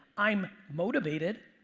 i'm motivated.